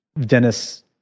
Denis